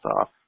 off